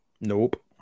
Nope